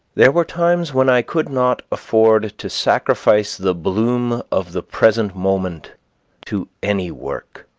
there were times when i could not afford to sacrifice the bloom of the present moment to any work,